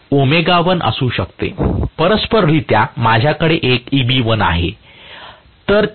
हे ω1 असू शकते परस्पररित्या माझ्याकडे एक Eb1 आहे